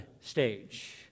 stage